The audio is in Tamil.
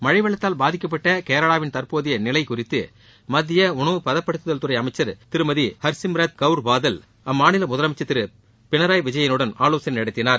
மழை வெள்ளத்தால் கேரளாவின் தற்போதைய நிலை குறித்து மத்திய உணவுப்பதப்படுத்துதல் துறை அமைச்சர் திருமதி ஹர்ஸிம்ரத் கவுர் பாதல் அம்மாநில முதலமைச்சர் திரு பினராய் விஜயனுடன் ஆலோசனை நடத்தினார்